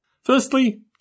Firstly